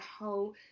whole